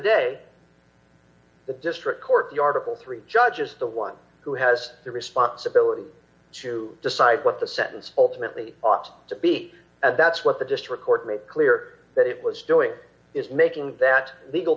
day the district court the article three judge is the one who has the responsibility to decide what the sentence ultimately ought to be as that's what the district court made clear that it was doing is making that legal